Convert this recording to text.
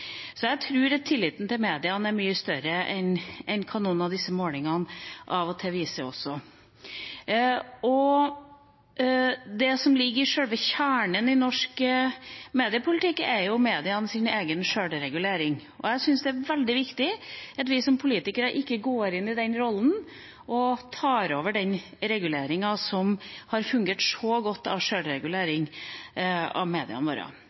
Så jeg tror tilliten til mediene er mye større enn hva disse målingene av og til viser. Det som ligger i sjølve kjernen i norsk mediepolitikk, er medienes egen sjølregulering. Jeg syns det er veldig viktig at vi som politikere ikke går inn i den rollen og tar over den reguleringen som har fungert så godt i form av en sjølregulering av mediene våre.